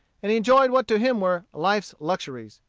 and he enjoyed what to him were life's luxuries.